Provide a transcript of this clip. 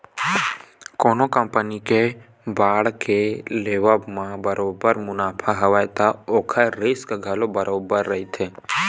कोनो कंपनी के बांड के लेवब म बरोबर मुनाफा हवय त ओखर रिस्क घलो बरोबर बने रहिथे